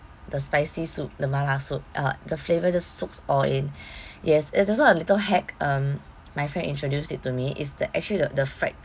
the spicy soup the mala soup uh the flavour just soaks all in yes there's this one a little hack um my friend introduced it to me it's the actually the the fried